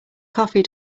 coffee